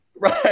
Right